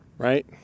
right